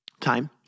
time